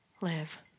live